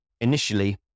initially